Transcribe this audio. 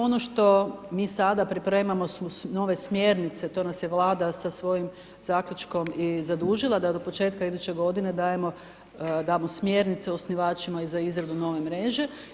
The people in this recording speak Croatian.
Ono što mi sada pripremamo su nove smjernice, to nas je Vlada sa svojim zaključkom i zadužila da do početka iduće godine damo smjernice osnivačima za izradu nove mreže.